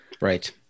Right